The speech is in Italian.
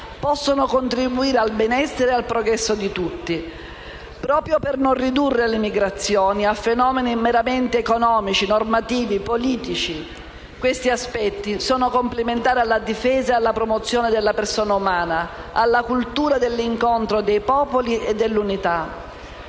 possono contribuire al benessere e al progresso di tutti», proprio per non ridurre le migrazioni a fenomeni meramente economici, normativi, politici. «Questi aspetti sono complementari alla difesa e alla promozione della persona umana, alla cultura dell'incontro dei popoli e dell'unità».